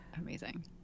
Amazing